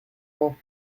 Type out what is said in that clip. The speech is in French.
vent